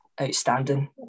outstanding